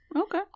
Okay